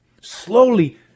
slowly